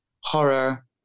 horror